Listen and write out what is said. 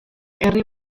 herri